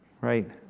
Right